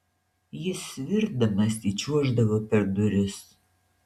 jis svirdamas įčiuoždavo per duris